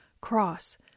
cross